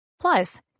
Plus